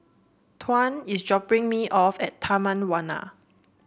Tuan is dropping me off at Taman Warna